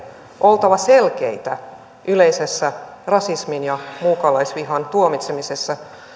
oltava selkeitä yleisessä rasismin ja muukalaisvihan tuomitsemisessa on